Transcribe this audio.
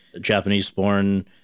Japanese-born